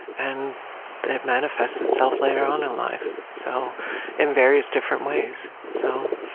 and it manifests itself later on in life so in various different ways. so